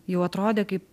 jau atrodė kaip